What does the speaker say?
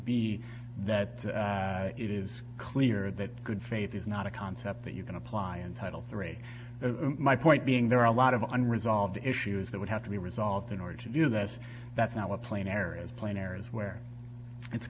b that it is clear that good faith is not a concept that you can apply in title three my point being there are a lot of unresolved issues that would have to be resolved in order to do this that's not what plain areas planers where it's